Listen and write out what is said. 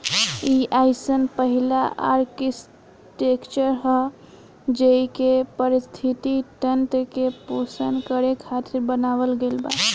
इ अइसन पहिला आर्कीटेक्चर ह जेइके पारिस्थिति तंत्र के पोषण करे खातिर बनावल गईल बा